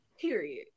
Period